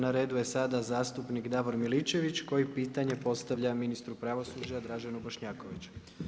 Na redu je sada zastupnik Davor Miličević koji pitanje postavlja ministru pravosuđa Draženu Bošnjakoviću.